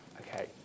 Okay